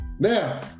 Now